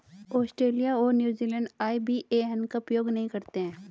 Australia और New Zealand IBAN का उपयोग नहीं करते हैं